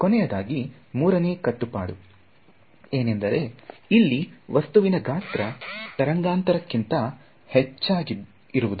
ಕೊನೆಯದಾಗಿ ಮೂರನೇ ಕಟ್ಟುಪಾಡು ಏನೆಂದರೆ ಇಲ್ಲಿ ವಸ್ತುವಿನ ಗಾತ್ರ ತರಂಗಾಂತರ ಕ್ಕಿಂತ ಹೆಚ್ಚಾಗಿರುವುದು